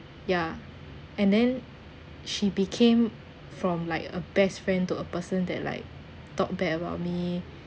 ya and then she became from like a best friend to a person that like talk bad about me